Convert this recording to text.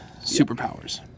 superpowers